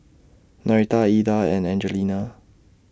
Norita Ilda and Angelina